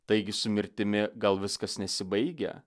taigi su mirtimi gal viskas nesibaigia